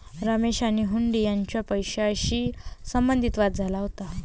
रमेश आणि हुंडी यांच्यात पैशाशी संबंधित वाद झाला होता